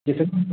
कितने